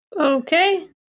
Okay